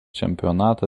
čempionatą